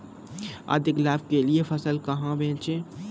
अधिक लाभ के लिए फसल कहाँ बेचें?